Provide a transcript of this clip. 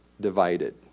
divided